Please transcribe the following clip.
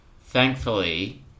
Thankfully